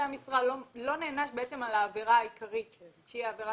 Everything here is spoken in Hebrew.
המשרה לא נענש על העבירה העיקרית כאן שהיא העבירה